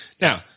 now